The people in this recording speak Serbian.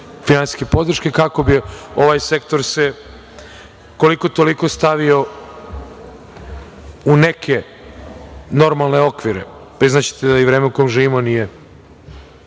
finansijske podrške kako bi se ovaj sektor, koliko toliko stavio u neke normalne okvire. Priznaćete da i vreme u kome živimo nije